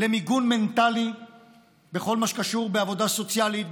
למיגון מנטלי בכל מה שקשור בעבודה סוציאלית,